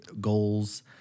goals